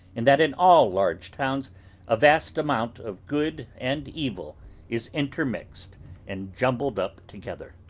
and that in all large towns a vast amount of good and evil is intermixed and jumbled up together.